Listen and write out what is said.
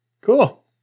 Cool